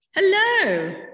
Hello